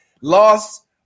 lost